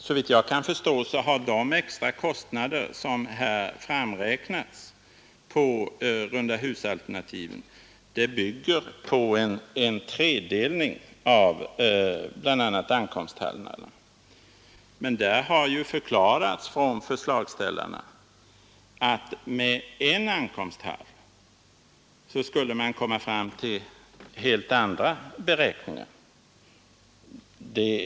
Såvitt jag kan förstå bygger de extra gerare att hitta bagage kostnader som här framräknats för rundahusalternativet på en tredelning av bl.a. ankomsthallarna. Men förslagsställarna har ju förklarat att med en ankomsthall skulle man komma fram till helt andra beräkningar.